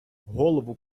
голову